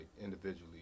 individually